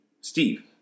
Steve